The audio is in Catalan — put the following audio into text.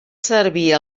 servir